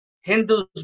Hindus